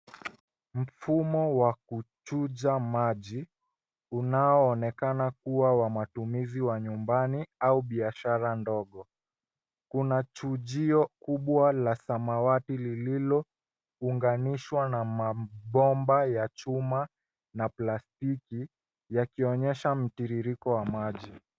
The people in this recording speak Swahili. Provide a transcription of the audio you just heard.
Mfumo wa kuchuja maji, unaoonekana kua wa matumizi wa nyumbani au biashara ndogo. Kuna chujio kubwa la samawati lililounganishwa na mabomba ya chuma na plastiki, yakionyesha mtiririko wa maji.